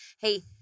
hey